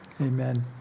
Amen